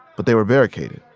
but they were barricaded.